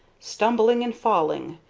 stumbling and falling,